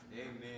Amen